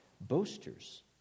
boasters